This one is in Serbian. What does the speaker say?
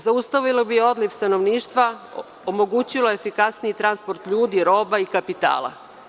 Zaustavilo bi odliv stanovništva, omogućilo efikasniji transport ljudi, robe i kapitala.